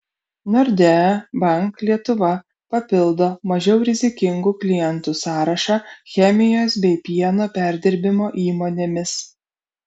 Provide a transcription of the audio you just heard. nordea bank lietuva papildo mažiau rizikingų klientų sąrašą chemijos bei pieno perdirbimo įmonėmis